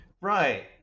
Right